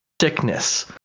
sickness